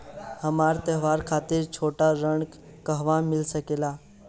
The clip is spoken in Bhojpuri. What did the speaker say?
हमरा त्योहार खातिर छोटा ऋण कहवा मिल सकेला?